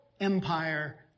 empire